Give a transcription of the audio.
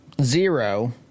zero